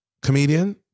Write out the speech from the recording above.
comedian